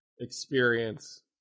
experience